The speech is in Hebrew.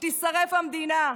שתישרף המדינה.